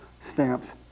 stamps